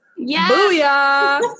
Booyah